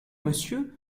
monsieur